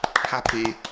happy